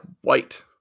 white